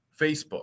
Facebook